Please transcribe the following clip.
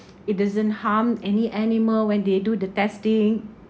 it doesn't harm any animal when they do the testing